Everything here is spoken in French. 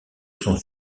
sont